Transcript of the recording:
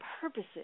purposes